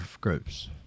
groups